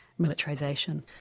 militarisation